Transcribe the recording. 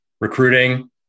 recruiting